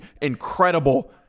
incredible